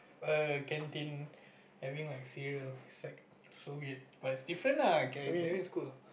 err canteen having like cereal like it's like so weird but it's different lah ya it's every school